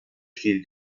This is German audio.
stil